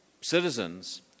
citizens